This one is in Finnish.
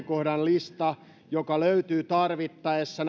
kohdan lista joka löytyy tarvittaessa